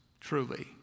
truly